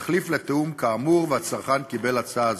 כתחליף לתיאום כאמור והצרכן קיבל הצעה זו.